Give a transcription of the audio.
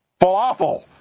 falafel